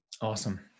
awesome